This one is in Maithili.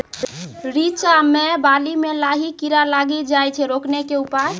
रिचा मे बाली मैं लाही कीड़ा लागी जाए छै रोकने के उपाय?